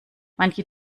manche